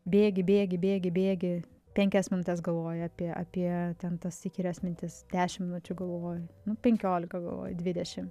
bėgi bėgi bėgi bėgi penkias minutes galvoji apie apie ten tas įkyrias mintis dešimt minučių galvoji nu penkiolika gal dvidešimt